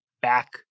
back